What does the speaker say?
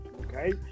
okay